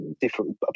different